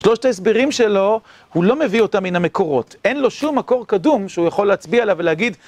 שלושת ההסברים שלו, הוא לא מביא אותם מן המקורות. אין לו שום מקור קדום שהוא יכול להצביע עליו ולהגיד...